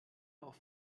auf